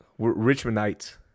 Richmondites